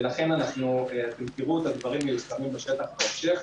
ולכן אתם תראו את הדברים מיושמים בשטח בהמשך.